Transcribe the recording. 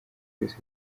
byose